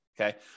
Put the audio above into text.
okay